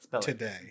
Today